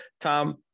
Tom